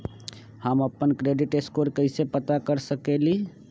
हम अपन credit score कैसे पता कर सकेली?